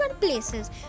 places